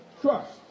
trust